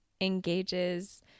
engages